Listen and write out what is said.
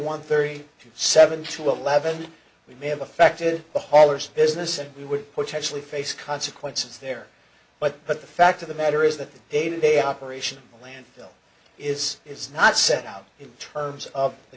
one thirty seven to eleven we may have affected the haulers business and we would potentially face consequences there but but the fact of the matter is that the day to day operation landfill is is not set out in terms of the